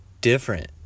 different